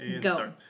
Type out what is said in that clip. Go